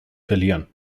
verlieren